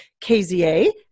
KZA